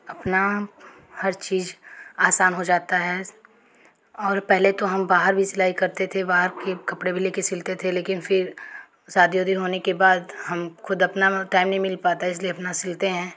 अपना हर चीज आसान हो जाता है और पहले तो हम बाहर भी सिलाई करते थे बाहर के कपड़े भी लेकर सिलते थे फिर शादी वादी होने के बाद हम खुद अपना टाइम नहीं मिल पाता है इसलिए अपना सिलते हैं